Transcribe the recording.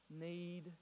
need